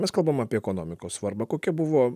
mes kalbam apie ekonomikos svarbą kokia buvo